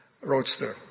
roadster